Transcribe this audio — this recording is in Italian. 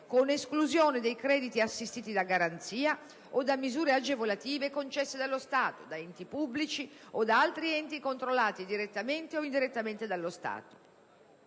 con esclusione dei crediti assistiti da garanzia o da misure agevolative concesse dallo Stato, da enti pubblici o da altri enti controllati direttamente o indirettamente dallo Stato.